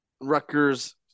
Rutgers